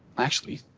actually,